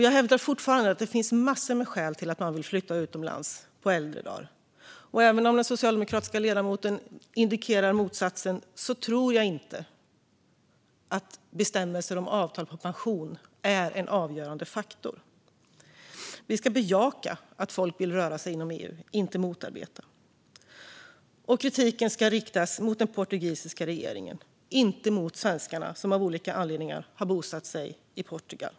Jag hävdar fortfarande att det finns massor av skäl till att vilja flytta utomlands på äldre dagar, och även om den socialdemokratiska ledamoten indikerar motsatsen tror jag inte att bestämmelser om avtal för pension är en avgörande faktor. Vi ska bejaka att folk vill röra sig inom EU, inte motarbeta. Kritiken ska riktas mot den portugisiska regeringen, inte mot svenskarna som av olika anledningar har bosatt sig i Portugal.